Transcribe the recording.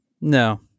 No